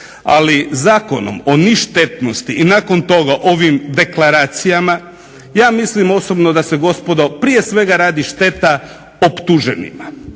ali Zakonom o ništetnosti i nakon toga ovim deklaracijama ja mislim osobno da se gospodo prije svega radi šteta optuženima.